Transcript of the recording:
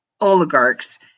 oligarchs